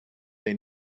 they